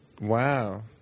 Wow